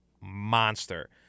monster